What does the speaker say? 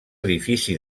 edifici